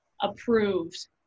approved